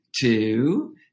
two